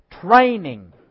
Training